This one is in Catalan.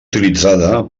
utilitzada